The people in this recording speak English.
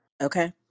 Okay